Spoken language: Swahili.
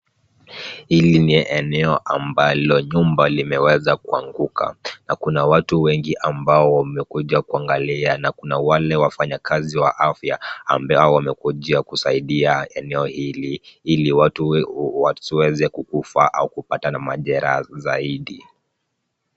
Hili ni eneo ambalo nyumba limeweza kuanguka na kuna watu wengi ambao wamekuja kuangalia na kuna wale wafanyikazi wa afya ambao wamekuja kusaidia eneo hili ili watu wasiweze kufa au kupata majeraha zaidi.